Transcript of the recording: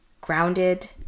grounded